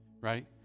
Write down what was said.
right